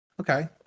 Okay